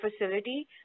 facility